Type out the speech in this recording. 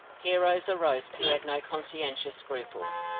heroes arose who had no conscientious scruples.